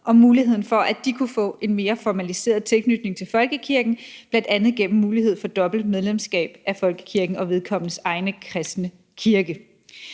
og muligheden for, at de kunne få en mere formaliseret tilknytning til folkekirken, bl.a. gennem mulighed for dobbelt medlemskab af folkekirken og vedkommendes egen kristne kirke.